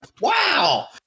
Wow